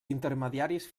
intermediaris